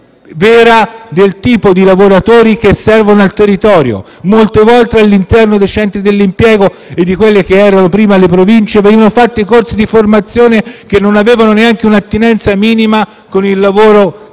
vera del tipo di lavoratori che servono al territorio. Molte volte all'interno dei centri per l'impiego, e di quelle che erano prima le Province, venivano fatti i corsi di formazione che non avevano neanche un'attinenza minima con il lavoro che